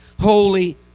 holy